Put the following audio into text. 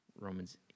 Romans